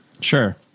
Sure